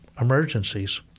emergencies